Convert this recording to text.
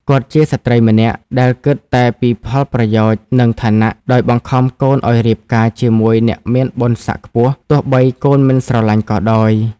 គាត់ជាស្រ្តីម្នាក់ដែលគិតតែពីផលប្រយោជន៍ និងឋានៈ ដោយបង្ខំកូនឲ្យរៀបការជាមួយអ្នកមានបុណ្យស័ក្តិខ្ពស់ ទោះបីកូនមិនស្រឡាញ់ក៏ដោយ។